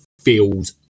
feels